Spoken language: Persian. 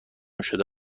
شده